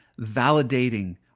validating